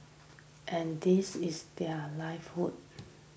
and this is their